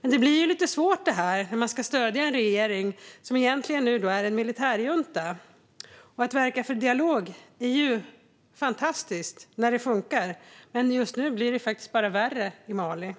Det här blir lite svårt när man ska stödja en regering som egentligen är en militärjunta. Att verka för dialog är ju fantastiskt när det funkar, men just nu blir det faktiskt bara värre i Mali.